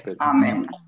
Amen